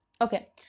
Okay